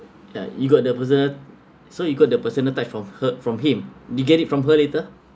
ya you got the personal so you got the personal type from her from him you get it from her later